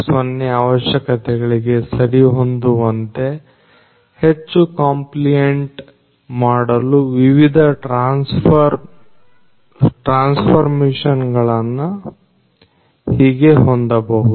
0 ಅವಶ್ಯಕತೆಗಳಿಗೆ ಸರಿ ಹೋಗುವಂತೆ ಹೆಚ್ಚು ಕಂಪ್ಲಿಯಾಂಟ್ ಮಾಡಲು ವಿವಿಧ ಟ್ರಾನ್ಸ್ಫರ್ ಮಿಷನ್ ಗಳನ್ನು ಹೀಗೆ ಹೊಂದಬಹುದು